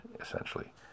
essentially